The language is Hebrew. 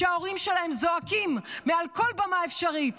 שההורים שלהן זועקים מעל כל במה אפשרית